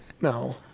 no